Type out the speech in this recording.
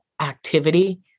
activity